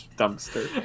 dumpster